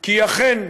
כי אכן,